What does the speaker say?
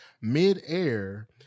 midair